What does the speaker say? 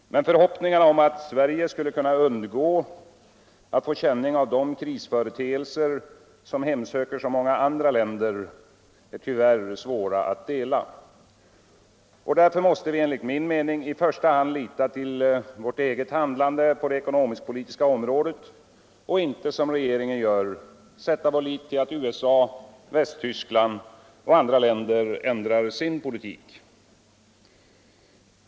Men förhoppningarna om att Sverige skulle kunna undgå att få känning av de krisföreteelser som hemsöker så många andra länder är tyvärr svåra att dela. Därför måste vi enligt min uppfattning i första hand lita till vårt eget handlande på det ekonomisk-politiska området och inte — som regeringen gör — sätta vår lit till att USA, Västtyskland och andra länder ändrar sin politik.